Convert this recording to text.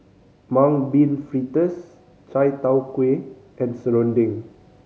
Mung Bean Fritters chai tow kway and serunding